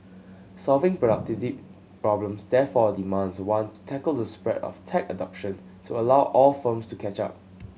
solving problems therefore demands one tackle the spread of tech adoption to allow all firms to catch up